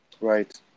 Right